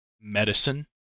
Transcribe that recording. medicine